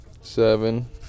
seven